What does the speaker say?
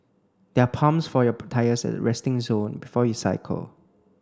there are pumps for your tyres at resting zone before you cycle